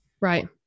Right